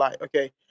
okay